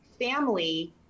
family